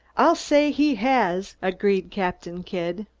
i'll say he has, agreed captain kidd.